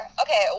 Okay